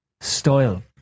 style